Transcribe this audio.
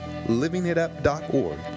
LivingItUp.org